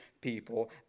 people